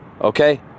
okay